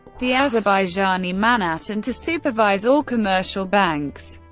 the azerbaijani manat, and to supervise all commercial banks.